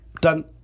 Done